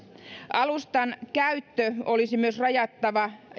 alustan käyttö olisi myös rajattava